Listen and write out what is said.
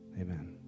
Amen